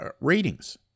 ratings